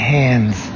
hands